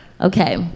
Okay